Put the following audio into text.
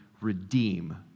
redeem